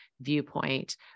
viewpoint